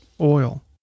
oil